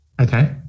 Okay